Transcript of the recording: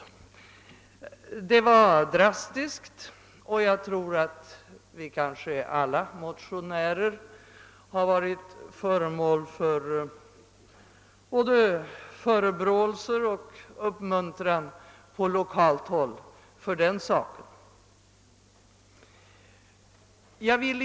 Vi motionärer har blivit föremål för både förebråelser och uppmuntran från lokalt håll för den sakens skull.